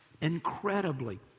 incredibly